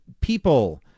people